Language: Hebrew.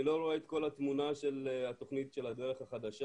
אני לא רואה את כל התמונה של התוכנית של 'הדרך החדשה',